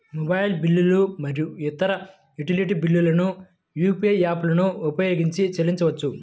mobile బిల్లులు మరియు ఇతర యుటిలిటీ బిల్లులను యూ.పీ.ఐ యాప్లను ఉపయోగించి చెల్లించవచ్చు